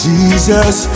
Jesus